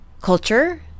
culture